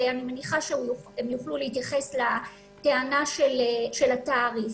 ואני מניחה שהם יוכלו להתייחס לטענה של התעריף.